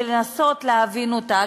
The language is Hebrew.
ולנסות להבין אותה,